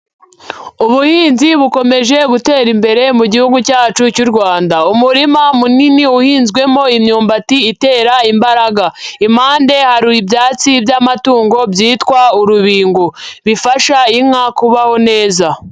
Ubuhinzi bukomeje gutera imbere mu gihugu cyacu cy'u Rwanda. Umurima munini uhinzwemo imyumbati itera imbaraga, impande hari ibyatsi by'amatungo byitwa urubingo, bifasha inka kubaho neza.